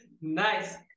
nice